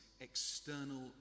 external